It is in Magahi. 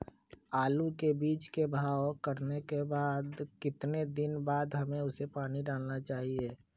आलू के बीज के भाव करने के बाद कितने दिन बाद हमें उसने पानी डाला चाहिए?